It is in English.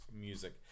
music